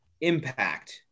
impact